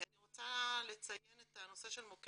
אני רוצה לציין את נושא מוקד